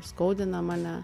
skaudina mane